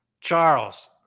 Charles